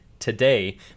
today